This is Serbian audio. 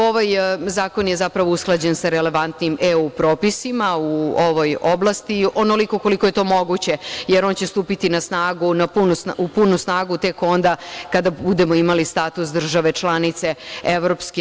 Ovaj zakon je zapravo usklađen sa relevantnim EU propisima u ovoj oblasti onoliko koliko je to moguće, jer on će stupiti na snagu, u punu snagu, tek onda kada budemo imali status države članice EU.